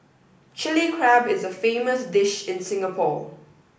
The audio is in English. Chilli Crab is a famous dish in Singapore